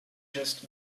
just